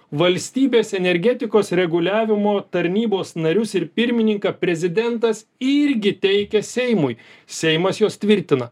valstybės energetikos reguliavimo tarnybos narius ir pirmininką prezidentas irgi teikia seimui seimas juos tvirtina